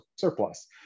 surplus